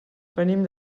venim